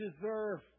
deserve